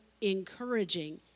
encouraging